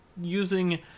Using